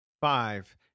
Five